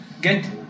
get